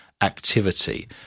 activity